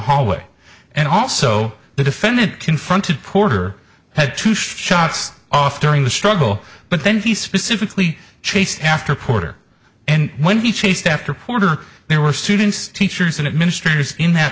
hallway and also the defendant confronted porter had two shots off during the struggle but then he specifically chased after porter and when he chased after porter there were students teachers and administrators in that